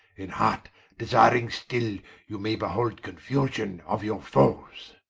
in heart desiring still you may behold confusion of your foes.